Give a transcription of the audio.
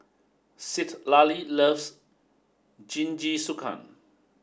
Citlali loves Jingisukan